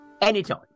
Anytime